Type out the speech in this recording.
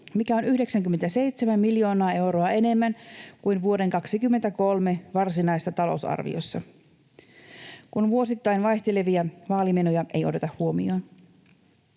mikä on 97 miljoonaa euroa enemmän kuin vuoden 23 varsinaisessa talousarviossa, kun vuosittain vaihtelevia vaalimenoja ei oteta huomioon.